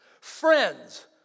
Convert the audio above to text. Friends